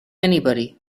anybody